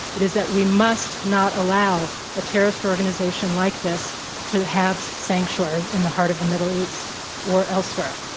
it is that we must not allow a terrorist organization like this to have sanctuary in the heart of the middle east or elsewhere.